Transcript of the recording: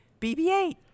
BB-8